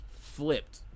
flipped